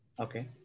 Okay